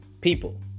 People